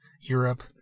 Europe